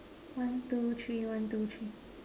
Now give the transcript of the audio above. one two three one two three